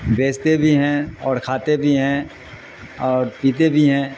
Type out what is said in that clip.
بیچتے بھی ہیں اور کھاتے بھی ہیں اور پیتے بھی ہیں